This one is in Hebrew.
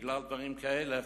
בגלל דברים כאלה,